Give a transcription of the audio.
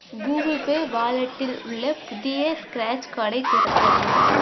Google Pay வாலெட்டில் உள்ள புதிய ஸ்க்ராட்ச் கார்டை திறக்கவும்